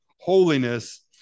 holiness